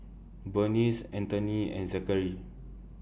Berniece Anthoney and Zackary